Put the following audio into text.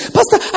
Pastor